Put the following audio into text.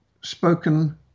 spoken